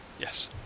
yes